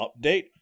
update